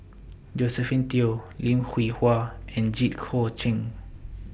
Josephine Teo Lim Hwee Hua and Jit Koon Ch'ng